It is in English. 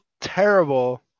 terrible